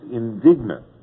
indignant